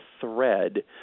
thread